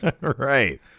Right